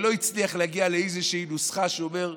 הצליח להגיע לאיזושהי נוסחה שהוא אומר: